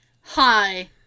hi